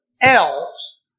else